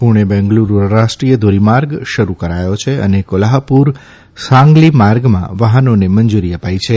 પૂણે બેંગલૂરૂ રાષ્ટ્રીય ધોરીમાર્ગ શરૂ કરાયો છે અને કોલ્હાપુર સાંગલી માર્ગમાં વાહનોને મંજૂરી અપાઇ છે